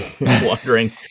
wondering